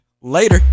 later